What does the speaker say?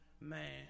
Man